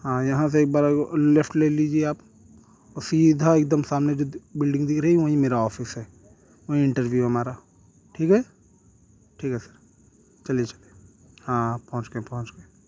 ہاں یہاں سے ایک بار اور لیفٹ لے لیجیے آپ اور سیدھا ایکدم سامنے جو بلڈنگ دکھ رہی ہے وہیں میرا آفس ہے وہیں انٹرویو ہے ہمارا ٹھیک ہے ٹھیک ہے سر چلیے چلیے ہاں ہاں پہنچ گئے پہنچ گئے